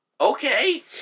Okay